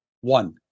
One